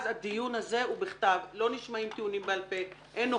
ובמקרה כזה הדיון הוא בכתב ולא נשמעים בו טיעונים בעל פה ואין נוכחות.